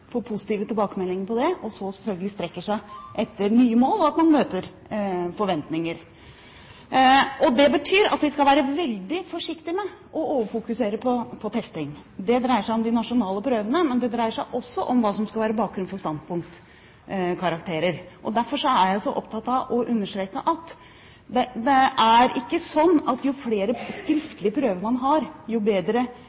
får positive tilbakemeldinger på det og så selvfølgelig strekker seg etter nye mål, og at man møter forventninger. Det betyr at vi skal være veldig forsiktig med å overfokusere på testing. Det dreier seg om de nasjonale prøvene, men det dreier seg også om hva som skal være bakgrunn for standpunktkarakterer. Derfor er jeg så opptatt av å understreke at det ikke er sånn at jo flere